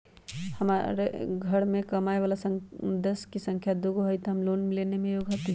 हमार घर मैं कमाए वाला सदस्य की संख्या दुगो हाई त हम लोन लेने में योग्य हती?